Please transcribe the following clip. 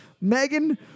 Megan